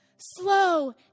Slow